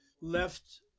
left